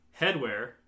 Headwear